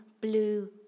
blue